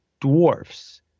dwarfs